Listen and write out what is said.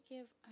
Give